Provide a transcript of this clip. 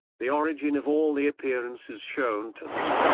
the origin of all the appearances shown to them.